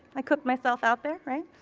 i put myself out there, right?